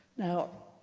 now,